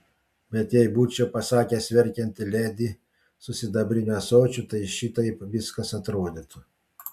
bet jei būčiau pasakęs verkianti ledi su sidabriniu ąsočiu tai šitaip viskas atrodytų